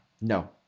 No